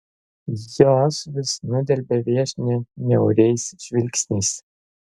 jos vis nudelbia viešnią niauriais žvilgsniais